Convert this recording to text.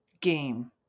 game